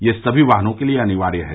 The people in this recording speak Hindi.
यह सभी वाहनों के लिए अनिवार्य है